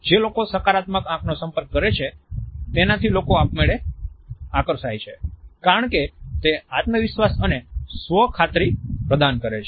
જે લોકો સકારાત્મક આંખનો સંપર્ક કરે છે તેનાથી લોકો આપમેળે આકર્ષાય છે કારણ કે તે આત્મવિશ્વાસ અને સ્વખાતરી પ્રદાન કરે છે